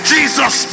Jesus